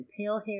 Palehair